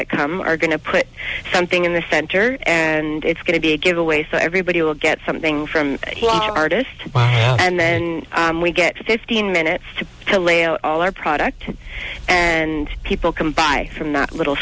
that come are going to put something in the center and it's going to be a giveaway so everybody will get something from artists and then we get fifteen minutes to lay out all our product and people come by from not little